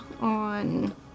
on